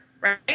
right